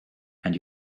and